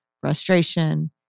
frustration